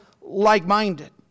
like-minded